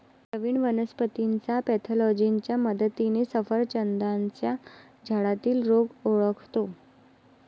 प्रवीण वनस्पतीच्या पॅथॉलॉजीच्या मदतीने सफरचंदाच्या झाडातील रोग ओळखतो